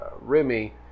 Remy